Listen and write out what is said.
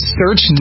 search